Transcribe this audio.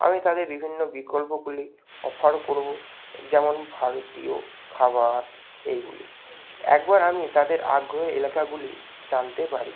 আমি তাদের বিভিন্ন বিকল্পগুলি অফার করবো যেমন ভারতীয় খাবার এইগুলি একবার আমি তাদের আগ্রহের এলাকাগুলি জানতে পারি